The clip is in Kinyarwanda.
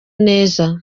neza